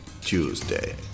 Tuesday